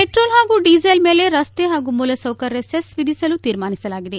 petrol ಹಾಗೂ diesel ಮೇಲೆ ರಸ್ತೆ ಹಾಗೂ ಮೂಲಸೌಕರ್ಯ ಸೆಸ್ ವಿಧಿಸಲು ತೀರ್ಮಾನಿಸಲಾಗಿದೆ